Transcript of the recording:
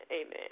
Amen